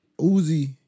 Uzi